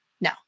No